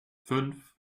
fünf